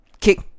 Kick